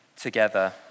together